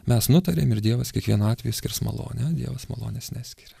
mes nutarėme ir dievas kiekvienu atveju skirs malonę dievas malonės neskiria